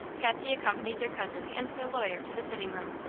patsy accompanied their cousin and the lawyer to the sitting-room,